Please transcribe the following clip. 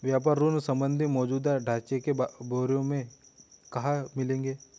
व्यापार ऋण संबंधी मौजूदा ढांचे के ब्यौरे कहाँ मिलेंगे?